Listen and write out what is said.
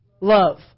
Love